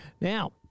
Now